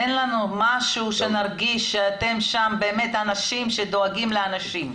תן לנו משהו שנרגיש שאתם שם אנשים שדואגים לאנשים.